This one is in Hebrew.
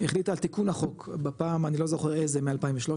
החליטה על תיקון החוק בפעם אני לא זוכר איזה מ-2013,